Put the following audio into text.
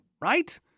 right